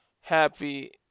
happy